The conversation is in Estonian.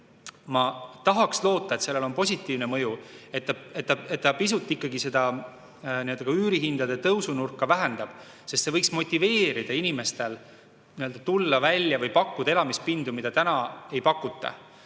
ma tahaks loota, et sellel on positiivne mõju, et ta pisut ikkagi üürihindade tõusunurka vähendab, sest see võiks motiveerida inimesi pakkuma elamispindu, mida täna ei pakuta.